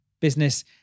Business